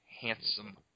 handsome